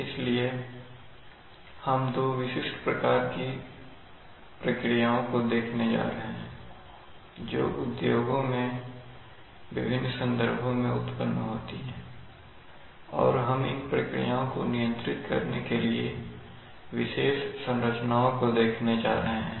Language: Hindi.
इसलिए हम दो विशिष्ट प्रकार की प्रक्रियाओं को देखने जा रहे हैं जो उद्योगों में विभिन्न संदर्भों में उत्पन्न होती हैं और हम इन प्रक्रियाओं को नियंत्रित करने के लिए विशेष संरचनाओं को देखने जा रहे हैं